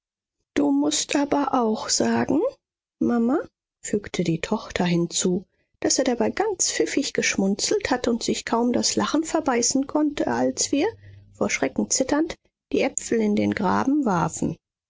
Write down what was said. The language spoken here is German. du mußt aber auch sagen mama fügte die tochter hinzu daß er dabei ganz pfiffig geschmunzelt hat und sich kaum das lachen verbeißen konnte als wir vor schrecken zitternd die äpfel in den graben warfen